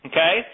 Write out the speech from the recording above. Okay